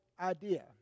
idea